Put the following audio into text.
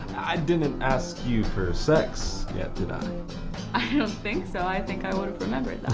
didn't ask you for sex yet, did i? i don't think so. i think i would have remembered that.